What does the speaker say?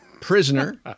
prisoner